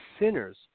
sinners